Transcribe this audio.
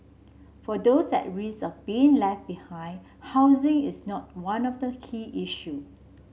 for those at risk of being left behind housing is not one of the key issue